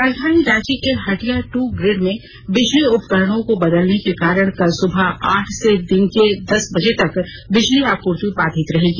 रांजधानी रांची के हटिया ट्र ग्रीड में बिजली उपकरणों को बदलने के कारण कल सुबह आठ से दिन के दस बजे तक बिजली आपूर्ति बाधित रहेगी